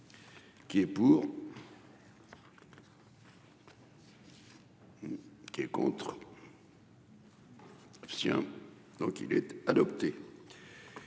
Qui est pour. Qui est contre. Tiens donc il était adopté.